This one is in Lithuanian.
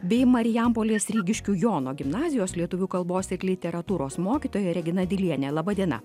bei marijampolės rygiškių jono gimnazijos lietuvių kalbos ir literatūros mokytoja regina dilienė laba diena